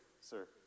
Sir